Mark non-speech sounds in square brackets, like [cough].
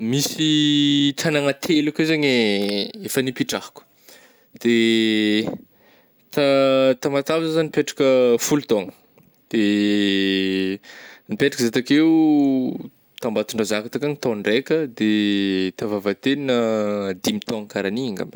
[noise] Misy tagnàna telo akeo zaigny eh, efa nipetrahako, [noise] de ta Tamatavy zah nipetraka folo taogna de [hesitation] nipetraky zah takeo ta Ambatondrazaka takagny taogn-draika de ta Vavatenina dimy taogna karaha an'igny ngambany.